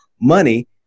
money